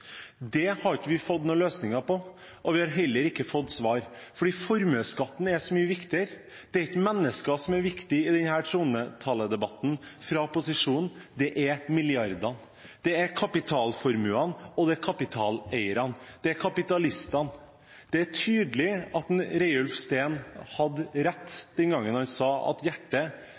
har vi ikke fått noen løsninger for. Vi har heller ikke fått svar – fordi formuesskatten er så mye viktigere. Det er ikke mennesker som er viktig for posisjonen i denne trontaledebatten; det er milliarder, det er kapitalformuene, det er kapitaleierne, det er kapitalistene. Det er tydelig at Reiulf Steen hadde rett den gangen han sa at hjertet